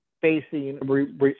facing